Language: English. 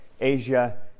Asia